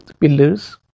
pillars